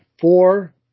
Four